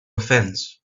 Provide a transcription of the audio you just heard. offense